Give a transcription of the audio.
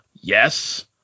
Yes